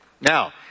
Now